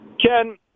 Ken